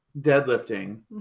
deadlifting